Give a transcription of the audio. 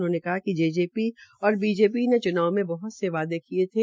उन्होंने कहा कि जेजेपी और बीजेपी ने च्नाव में बहत से वायदे किये थे